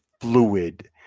fluid